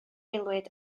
aelwyd